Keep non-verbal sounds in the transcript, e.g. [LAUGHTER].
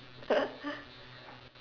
[LAUGHS]